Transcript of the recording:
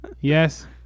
Yes